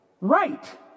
right